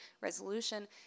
resolution